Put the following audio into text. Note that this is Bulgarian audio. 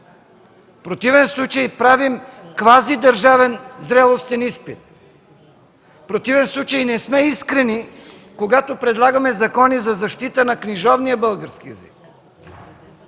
В противен случай правим квазидържавен зрелостен изпит, в противен случай не сме искрени, когато предлагаме закони за защита на книжовния български език.